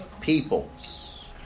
peoples